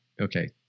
Okay